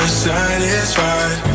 satisfied